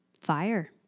Fire